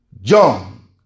John